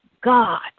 God